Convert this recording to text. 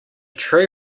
true